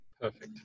Perfect